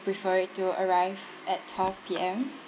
prefer it to arrive at twelve P_M